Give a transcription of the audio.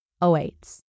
awaits